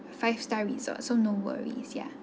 five star resort so no worries ya